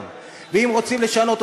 ואם רוצים לשנות אותם,